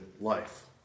life